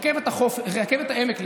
רכבת העמק,